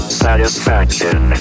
satisfaction